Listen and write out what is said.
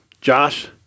Josh